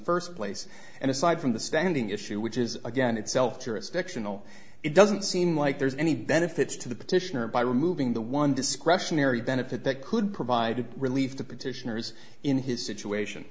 first place and aside from the standing issue which is again itself jurisdictional it doesn't seem like there's any benefits to the petitioner by removing the one discretionary benefit that could provide relief to petitioners in his situation